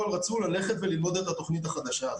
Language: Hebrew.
רצו ללכת וללמוד את התוכנית החדשה הזאת.